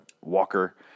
Walker